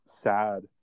sad